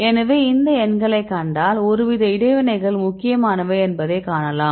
எனவே இந்த எண்களை கண்டால் ஒருவித இடைவினைகள் முக்கியமானவை என்பதை காணலாம்